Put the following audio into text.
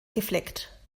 gefleckt